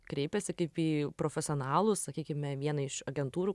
kreipėsi kaip į profesionalus sakykime vieną iš agentūrų